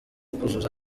kuzuza